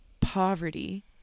poverty